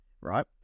right